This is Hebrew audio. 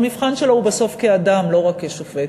המבחן שלו בסוף הוא כאדם ולא רק כשופט.